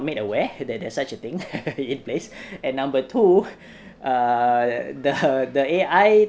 made aware that there's such a thing in place and number two uh the the A_I